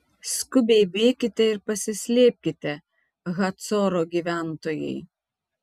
skubiai bėkite ir pasislėpkite hacoro gyventojai